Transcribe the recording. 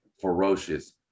ferocious